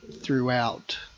throughout